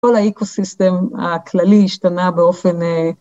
כל האיקוסיסטם הכללי השתנה באופן אה